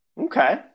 Okay